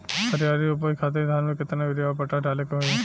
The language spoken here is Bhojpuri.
हरियाली और उपज खातिर धान में केतना यूरिया और पोटाश डाले के होई?